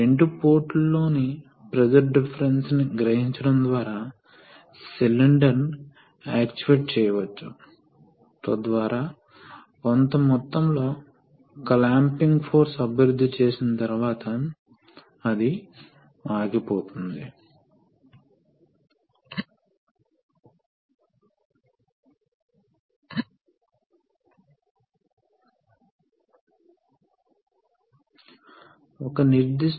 కాబట్టి ఇప్పుడు మనం ఎడమ చేతి పొజిషన్లో ఉన్నాము సోలేనోయిడ్ ఆన్లో ఉన్నప్పుడు పంప్ ప్రవాహం ఇలాగే వెళుతుంది మరియు క్యాప్ ఎండ్ లేదా సిలిండర్ యొక్క హెడ్ ఎండ్ అని పిలువబడే వాటిలో ప్రవేశించి దానిని ఎడమ వైపుకు నెట్టివేస్తుంది